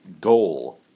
goal